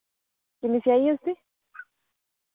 किन्नी सेआई ऐ उसदी